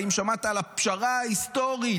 האם שמעת על הפשרה ההיסטורית